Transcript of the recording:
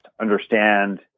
understand